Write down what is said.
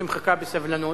שמחכה בסבלנות.